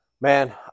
man